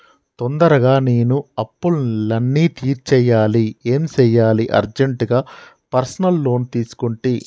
తొందరగా నేను అప్పులన్నీ తీర్చేయాలి ఏం సెయ్యాలి అర్జెంటుగా పర్సనల్ లోన్ తీసుకుంటి